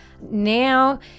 now